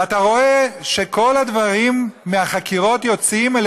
אתה רואה שכל הדברים מהחקירות יוצאים אל